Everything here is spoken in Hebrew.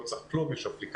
לא צריך כלום יש אפליקציה.